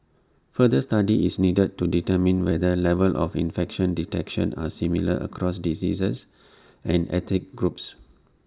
further study is needed to determine whether levels of infection detection are similar across diseases and ethnic groups